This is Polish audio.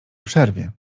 przerwie